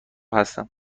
هستم